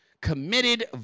committed